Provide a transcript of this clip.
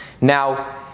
Now